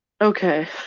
Okay